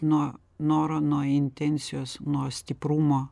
nuo noro nuo intencijos nuo stiprumo